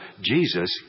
Jesus